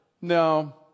No